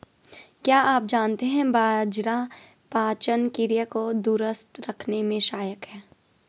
क्या आप जानते है बाजरा पाचन क्रिया को दुरुस्त रखने में सहायक हैं?